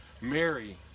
Mary